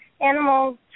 animals